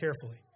carefully